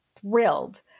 thrilled